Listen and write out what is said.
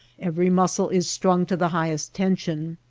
every muscle is strung to the highest tension.